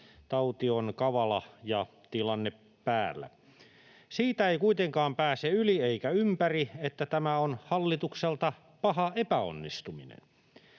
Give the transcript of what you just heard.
Tauti on kavala ja tilanne päällä. Siitä ei kuitenkaan pääse yli eikä ympäri, että tämä on hallitukselta paha epäonnistuminen.